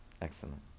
Excellent